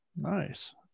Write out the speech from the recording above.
Nice